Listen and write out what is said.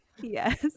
Yes